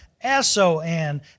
S-O-N